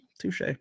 touche